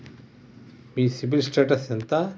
మీ CIBIL status ఎంత?